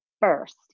first